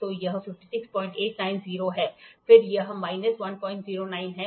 तो यह 56890 है फिर यह माइनस 109 है